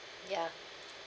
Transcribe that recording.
ya